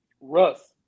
Russ